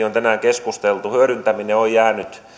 on tänään keskusteltu on jäänyt